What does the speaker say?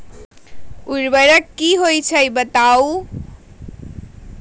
उर्वरक की होई छई बताई?